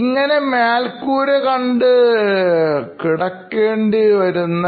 ഇങ്ങനെ മേൽക്കൂര കണ്ടുകിടക്കേണ്ടി വരുന്നു